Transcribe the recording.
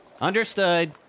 Understood